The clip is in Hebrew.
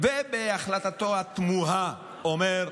ובהחלטתו התמוהה אומר: